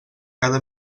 cada